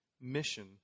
Mission